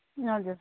हजुर